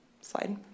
Slide